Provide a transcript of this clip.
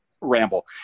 ramble